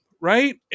right